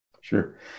Sure